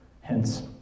Hence